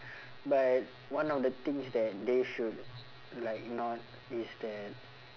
but one of the things that they should like not is that